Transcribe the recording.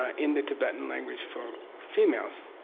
ah in the tibetan language for females.